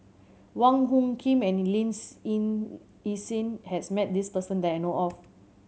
Wong Hung Khim and Lin Hsin Hsin has met this person that I know of